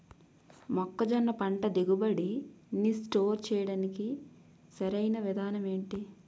మొక్కజొన్న పంట దిగుబడి నీ స్టోర్ చేయడానికి సరియైన విధానం ఎంటి?